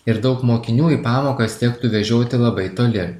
ir daug mokinių į pamokas tektų vežioti labai toli